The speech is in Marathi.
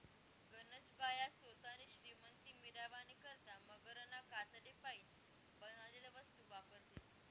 गनज बाया सोतानी श्रीमंती मिरावानी करता मगरना कातडीपाईन बनाडेल वस्तू वापरतीस